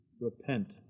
Repent